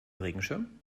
regenschirm